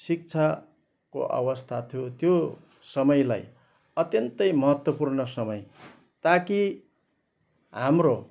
शिक्षाको अवस्था थियो त्यो समयलाई अत्यन्तै महत्त्वपूर्ण समय ताकि हाम्रो